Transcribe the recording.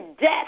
death